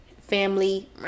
family